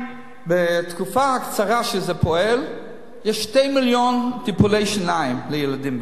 בתקופה הקצרה שזה פועל יש 2 מיליון טיפולי שיניים בחינם לילדים.